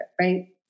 Right